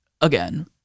again